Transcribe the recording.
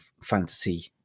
fantasy